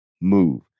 move